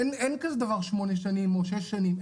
אין כזה דבר שמונה שנים או שש שנים,